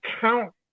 count